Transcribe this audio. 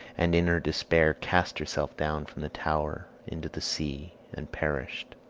and in her despair cast herself down from the tower into the sea and perished.